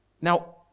Now